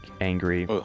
angry